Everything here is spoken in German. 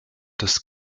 des